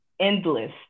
endless